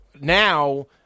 now